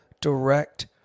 direct